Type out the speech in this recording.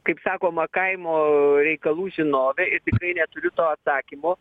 kaip sakoma kaimo reikalų žinovė ir tikrai neturiu to atsakymo